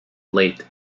late